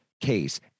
case